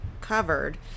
covered